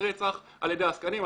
על ידי עסקנים.